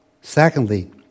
Secondly